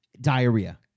Diarrhea